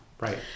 right